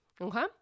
Okay